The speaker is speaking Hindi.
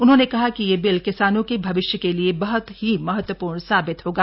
उन्होंने कहा कि यह बिल किसानों के भविष्य के लिए बहृत ही महत्वपूर्ण साबित होगा